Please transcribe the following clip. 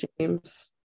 James